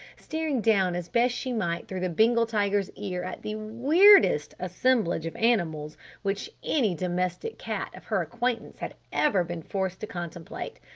staring down as best she might through the bengal tiger's ear at the weirdest assemblage of animals which any domestic cat of her acquaintance had ever been forced to contemplate.